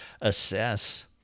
assess